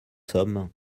sommes